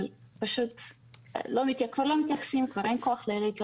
אבל כבר לא מתייחסים לזה כי אין כוח להתלונן.